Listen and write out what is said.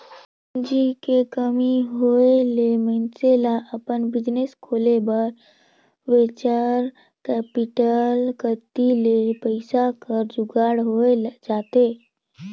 पूंजी के कमी होय ले मइनसे ल अपन बिजनेस खोले बर वेंचर कैपिटल कती ले पइसा कर जुगाड़ होए जाथे